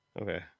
okay